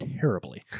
terribly